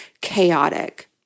chaotic